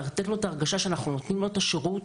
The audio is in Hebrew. לתת לו את ההרגשה שאנחנו נותנים לו את השירות,